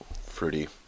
fruity